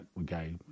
okay